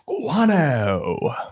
guano